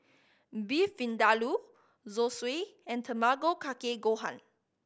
Beef Vindaloo Zosui and Tamago Kake Gohan